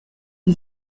une